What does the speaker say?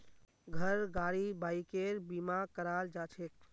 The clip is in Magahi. घर गाड़ी बाइकेर बीमा कराल जाछेक